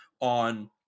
on